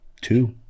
two